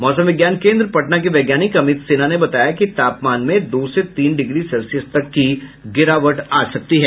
मौसम विज्ञान केन्द्र पटना के वैज्ञानिक अमित सिन्हा ने बताया कि तापमान में दो से तीन डिग्री सेल्सियस तक की गिरावट आ सकती है